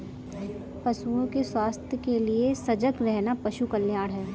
पशुओं के स्वास्थ्य के लिए सजग रहना पशु कल्याण है